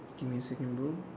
give me a second bro